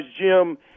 Jim